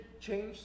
change